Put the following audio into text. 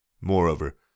Moreover